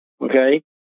Okay